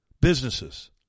businesses